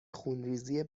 خونریزی